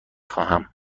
خواهم